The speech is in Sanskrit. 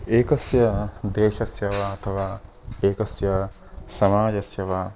एकस्य देशस्य वा अथवा एकस्य समाजस्य वा